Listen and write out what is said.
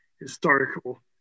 historical